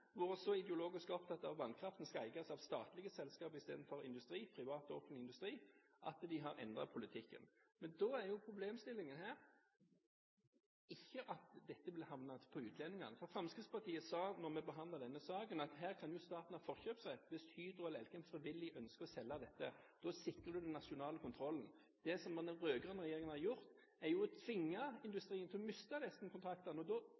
så ideologisk opptatt av at vannkraften skal eies av statlige selskaper istedenfor av privat og offentlig industri, at de har endret politikken. Men da er jo problemstillingen her ikke at dette havner hos utlendingene, for Fremskrittspartiet sa da vi behandlet denne saken, at her kan jo staten ha forkjøpsrett, hvis Hydro og Elkem frivillig ønsker å selge dette. Da sikrer en den nasjonale kontrollen. Det som den rød-grønne regjeringen har gjort, er jo å tvinge industrien til å miste disse kontraktene, og da